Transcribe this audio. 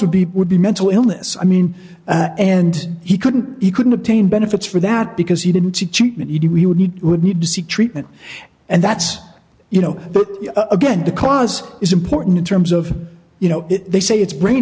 would be would be mental illness i mean and he couldn't he couldn't obtain benefits for that because he didn't cheat me do we would need would need to seek treatment and that's you know again the cause is important in terms of you know they say it's brain